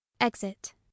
Exit